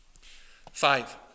five